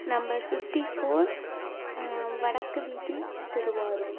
number fifty four வடக்கு வீதி திருவாரூர்